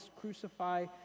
crucify